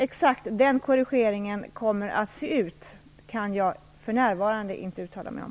Exakt hur den korrigeringen kommer att se ut kan jag för närvarande inte uttala mig om.